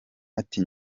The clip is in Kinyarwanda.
ati